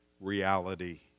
reality